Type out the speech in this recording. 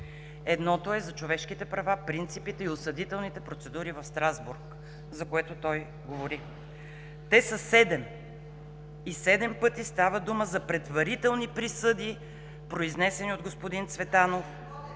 Едното е за човешките права, принципите и осъдителните процедури в Страсбург, за което той говори. Те са седем и седем пъти става дума за предварителни присъди, произнесени от господин Цветанов,